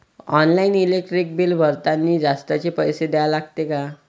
Online electric bill भरतानी जास्तचे पैसे द्या लागते का?